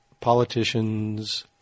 politicians